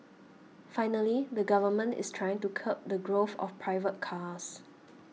finally the Government is trying to curb the growth of private cars